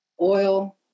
oil